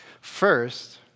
First